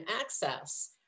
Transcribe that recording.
access